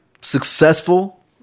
Successful